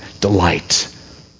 delight